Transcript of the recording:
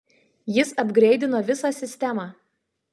jis apgreidino visą sistemą